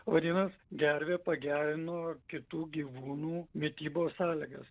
vadinas gervė pagerino kitų gyvūnų mitybos sąlygas